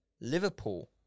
Liverpool